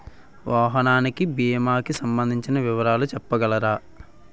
వాహనానికి భీమా కి సంబందించిన వివరాలు చెప్పగలరా?